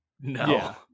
No